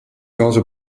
also